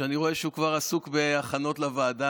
שאני רואה שהוא כבר עסוק בהכנות לוועדה,